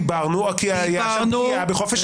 דיברנו --- כי יש שם פגיעה בחופש העיסוק.